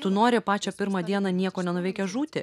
tu nori pačią pirmą dieną nieko nenuveikęs žūti